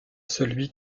celui